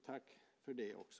Tack för det också!